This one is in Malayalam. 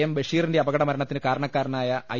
എം ബഷീറിന്റെ അപകടമര ണത്തിന് കാരണക്കാരനായ ഐ